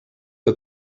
que